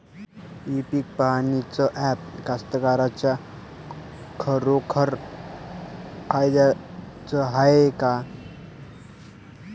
इ पीक पहानीचं ॲप कास्तकाराइच्या खरोखर फायद्याचं हाये का?